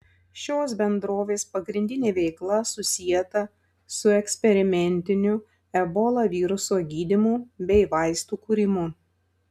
šios bendrovės pagrindinė veikla susieta su eksperimentiniu ebola viruso gydymu bei vaistų kūrimu